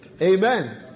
Amen